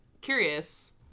curious